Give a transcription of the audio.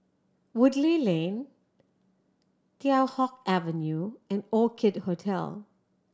Woodleigh Lane Teow Hock Avenue and Orchid Hotel